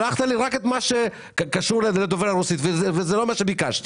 שלחת לי רק את מה שקשור לדוברי הרוסית וזה לא מה שביקשתי,